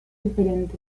diferente